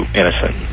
innocent